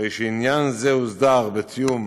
עניין זה הוסדר בתיאום